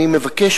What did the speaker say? אני מבקש,